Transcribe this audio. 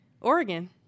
Oregon